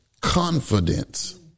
confidence